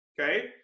Okay